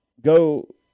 Go